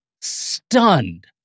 stunned